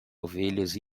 ovelhas